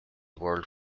world